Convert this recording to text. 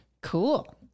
Cool